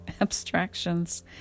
abstractions